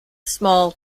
small